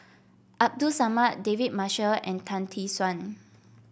Abdul Samad David Marshall and Tan Tee Suan